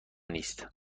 نیست